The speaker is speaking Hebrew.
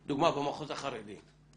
דוגמא, במחוז החרדי,